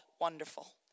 Wonderful